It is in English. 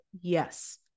Yes